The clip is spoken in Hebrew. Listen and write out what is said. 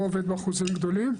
לא עובד באחוזים גדולים.